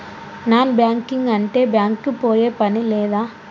Non banking అంటే bank కి పోయే పని లేదా?